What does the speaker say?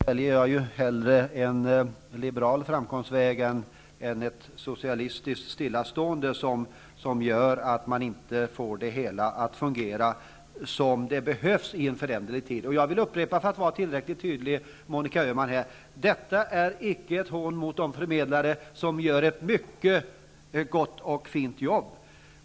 Herr talman! Jag håller med om att det här är en ideologisk fråga. Men hellre väljer jag en liberal framgångsväg än ett socialistiskt stillastående, som gör att man inte får det hela att fungera på erforderligt sätt i en föränderlig tid. För att vara tillräckligt tydlig vill jag, Monica Öhman, upprepa att det inte är fråga om något hån mot de förmedlare som gör ett mycket fint jobb.